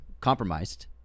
compromised